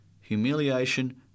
Humiliation